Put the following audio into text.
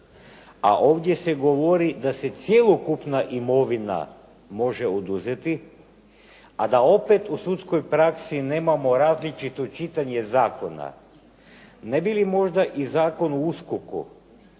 a ovdje se govori da se cjelokupna imovina može oduzeti, a da opet u sudskoj praksi nemamo različito čitanje zakona. Ne bi li možda i Zakon o USKOK-u